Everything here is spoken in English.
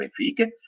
Benfica